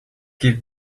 give